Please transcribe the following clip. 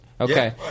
Okay